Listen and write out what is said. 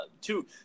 two